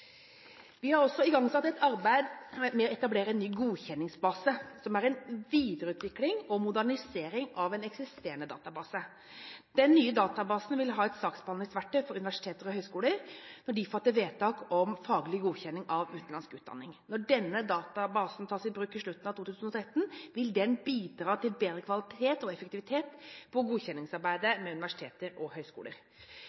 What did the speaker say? Vi har også igangsatt et arbeid med å etablere en ny godkjenningsbase, som er en videreutvikling og modernisering av en eksisterende database. Den nye databasen vil være et saksbehandlingsverktøy for universiteter og høyskoler når de fatter vedtak om faglig godkjenning av utenlandsk utdanning. Når denne databasen tas i bruk i slutten av 2013, vil den bidra til bedre kvalitet og effektivitet på godkjenningsarbeidet